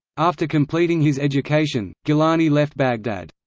after completing his education, gilani left baghdad.